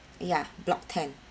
ya block ten